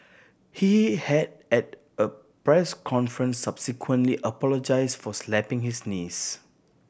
he had at a press conference subsequently apologised for slapping his niece